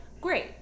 great